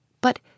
But